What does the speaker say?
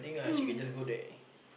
mm